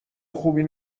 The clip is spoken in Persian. خوبی